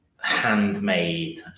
handmade